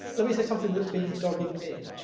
let me say something that's been dogging me.